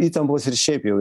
įtampos ir šiaip jau